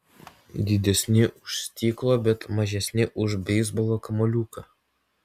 didesni už stiklo bet mažesni už beisbolo kamuoliuką